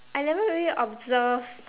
I never really observe